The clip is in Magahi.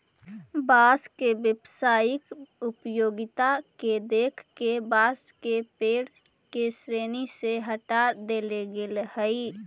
बाँस के व्यावसायिक उपयोगिता के देख के बाँस के पेड़ के श्रेणी से हँटा देले गेल हइ